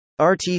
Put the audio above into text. RT